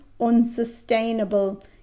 unsustainable